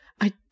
I